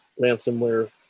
ransomware